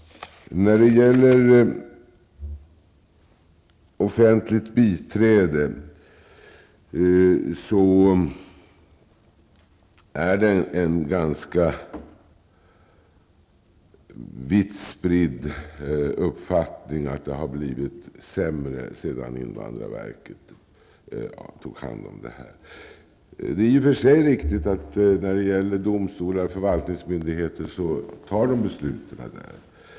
När det gäller offentligt biträde är det en ganska vitt spridd uppfattning att det har blivit sämre sedan invandrarverket tog hand om verksamheten. Det är i och för sig riktigt att besluten fattas hos domstolar och förvaltningsmyndigheter.